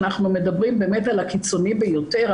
אנחנו מדברים באמת על הקיצוני ביותר,